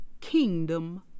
kingdom